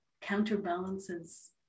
counterbalances